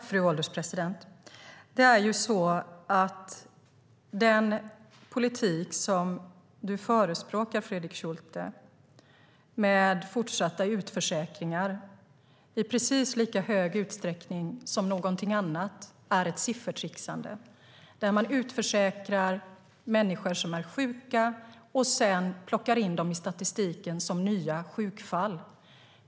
Fru ålderspresident! Den politik som du förespråkar, Fredrik Schulte, med fortsatta utförsäkringar är i precis lika stor utsträckning som någonting annat ett siffertrixande. Man utförsäkrar människor som är sjuka och plockar sedan in dem i statistiken som nya sjukfall.